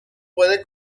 puede